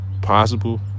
possible